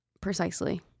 Precisely